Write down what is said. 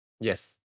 yes